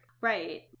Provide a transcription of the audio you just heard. right